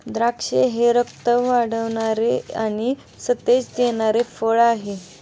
द्राक्षे हे रक्त वाढवणारे आणि सतेज देणारे फळ आहे